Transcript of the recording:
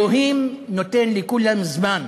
אלוהים נותן לכולם זמן,